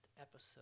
episode